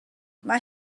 mae